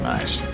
Nice